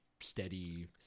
steady